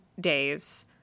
days